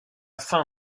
fin